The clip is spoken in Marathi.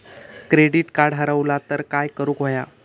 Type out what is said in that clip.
क्रेडिट कार्ड हरवला तर काय करुक होया?